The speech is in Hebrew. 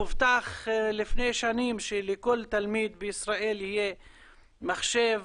הובטח לפני שנים שלכל תלמיד בישראל יהיה מחשב.